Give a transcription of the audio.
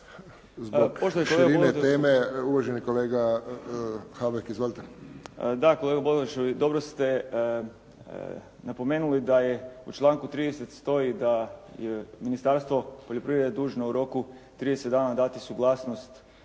zbog širine teme. Uvaženi kolega Habek, izvolite. **Habek, Mario (SDP)** Da kolega Bodakoš dobro ste napomenuli da u članku 30. stoji da je Ministarstvo poljoprivrede dužno u roku 30 dana dati suglasnost